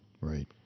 right